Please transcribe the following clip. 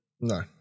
no